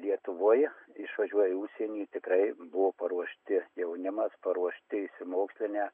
lietuvoj išvažiuoja į užsienį tikrai buvo paruošti jaunimas paruošti išsimokslinę